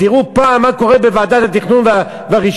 תראו פעם מה קורה בוועדת התכנון והרישוי.